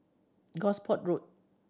Gosport Road